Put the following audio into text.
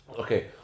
Okay